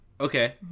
Okay